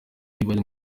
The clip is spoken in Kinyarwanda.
bari